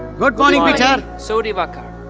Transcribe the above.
good morning, peter. so diwakar,